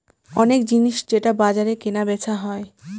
অনেক জিনিস যেটা বাজারে কেনা বেচা হয়